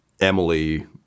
Emily